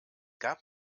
gab